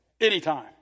anytime